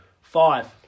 Five